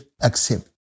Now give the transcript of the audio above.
accept